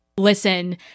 listen